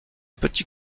petit